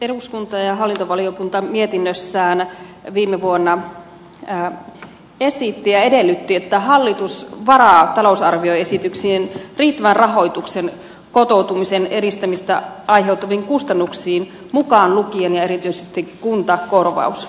eduskunta ja hallintovaliokunta mietinnössään viime vuonna esitti ja edellytti että hallitus varaa talousarvioesityksiin riittävän rahoituksen kotoutumisen edistämisestä aiheutuviin kustannuksiin mukaan lukien erityisesti kuntakorvauksen